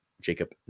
Jacob